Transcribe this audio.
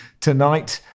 tonight